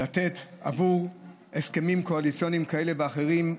לתת עבור הסכמים קואליציוניים כאלה ואחרים.